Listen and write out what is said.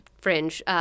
Fringe